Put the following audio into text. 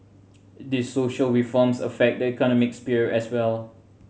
these social reforms affect the economic sphere as well